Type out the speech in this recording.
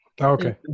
Okay